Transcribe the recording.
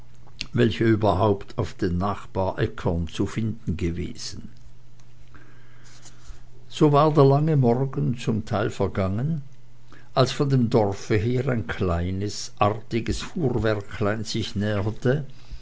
welche überhaupt auf den nachbaräckern zu finden gewesen so war der lange morgen zum teil vergangen als von dem dorfe her ein kleines artiges fuhrwerklein sich